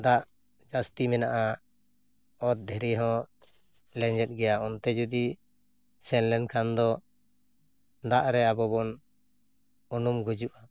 ᱫᱟᱜ ᱡᱟᱹᱥᱛᱤ ᱢᱮᱱᱟᱜᱼᱟ ᱚᱛ ᱫᱷᱤᱨᱤ ᱦᱚᱸ ᱞᱮᱡᱮᱫ ᱜᱮᱭᱟ ᱚᱱᱛᱮ ᱡᱩᱫᱤ ᱥᱮᱱᱞᱮᱱ ᱠᱷᱟᱱ ᱫᱚ ᱫᱟᱜ ᱨᱮ ᱟᱵᱚ ᱵᱚᱱ ᱩᱱᱩᱢ ᱜᱩᱡᱩᱜ